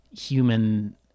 human